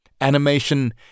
Animation